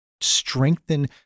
strengthen